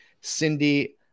Cindy